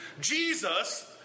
Jesus